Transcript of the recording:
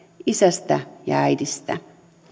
isästä ja äidistä